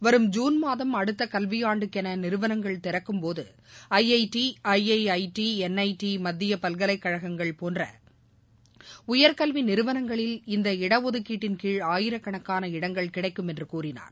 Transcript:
வரும் ஜூன் மாதம் அடுத்தக் கல்வியாண்டுக்கெனநிறுவனங்கள் திறக்கும்போதஐஐடி ஐஜஜடி என்ஜடி மத்தியபல்கலைக்கழகங்கள் போன்றஉயர்க்கல்விநிறுவனங்களில் இந்த இடஒதுக்கிட்டின் கீழ ஆயிரக்கணக்கான இடங்கள் கிடைக்கும் என்றுகூறினார்